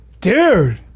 Dude